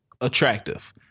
attractive